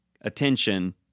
attention